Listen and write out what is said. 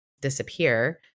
disappear